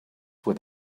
where